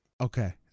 Okay